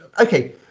okay